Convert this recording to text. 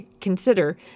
consider